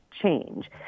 change